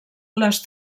les